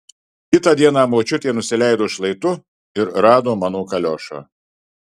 kitą dieną močiutė nusileido šlaitu ir rado mano kaliošą